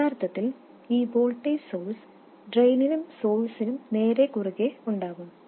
യഥാർത്ഥത്തിൽ ഈ voltage source ഡ്രെയിനിലും സോഴ്സിനും നേരെ കുറുകേ ഉണ്ടാകും